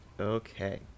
Okay